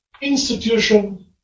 institution